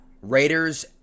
Raiders